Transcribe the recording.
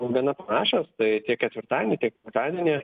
gana panašios tai tiek ketvirtadieniį tiek penktadienį